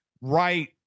right